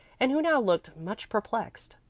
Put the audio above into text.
and who now looked much perplexed.